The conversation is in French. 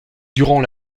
durant